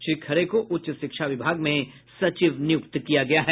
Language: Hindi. श्री खरे को उच्च शिक्षा विभाग में सचिव नियुक्त किया गया है